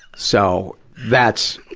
so, that's,